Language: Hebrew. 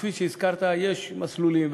וכפי שהזכרת יש מסלולים,